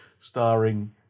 starring